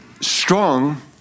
strong